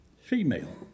female